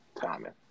Timing